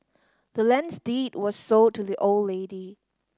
the land's deed was sold to the old lady